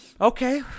okay